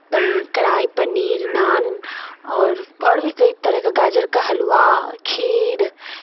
तखन कढ़ाइ पनीर नान आओर भी कइ तरहके गाजरके हलवा खीर